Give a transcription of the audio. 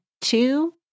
two